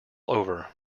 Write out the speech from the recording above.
over